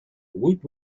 woot